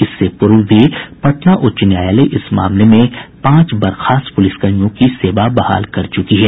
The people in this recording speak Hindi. इससे पूर्व भी पटना उच्च न्यायालय इस मामले में पांच बर्खास्त पुलिसकर्मियों की सेवा बहाल कर चुकी है